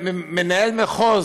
מנהל מחוז,